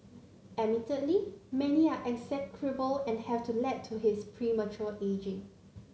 admittedly many are execrable and have to led to his premature ageing